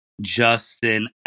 Justin